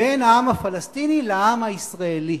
בין העם הפלסטיני לעם הישראלי,